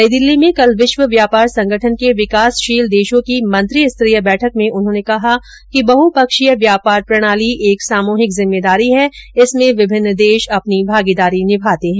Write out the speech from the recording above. नई दिल्ली में कल विश्व व्यापार संगठन के विकासशील देशों की मंत्रिस्तरीय बैठक में उन्होंने कहा कि बहु पक्षीय व्यापार प्रणाली एक सामूहिक जिम्मेदारी है इसमें विभिन्न देश अपनी भागीदारी निभाते है